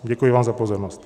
Děkuji vám za pozornost.